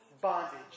Bondage